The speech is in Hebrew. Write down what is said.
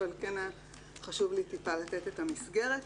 אבל כן חשוב לי טיפה לתת את המסגרת.